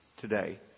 today